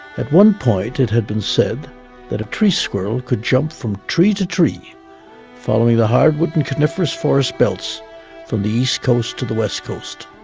at one point it had been said that a tree squirrel could jump from tree to tree following the hardwood with coniferous forest belts from the east coast to the west coast.